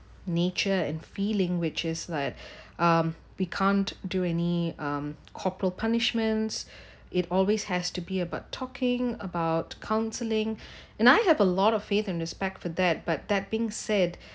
nature and feeling which is like um we can't do any um corporal punishments it always has to be about talking about counselling and I have a lot of faith and respect for that but that being said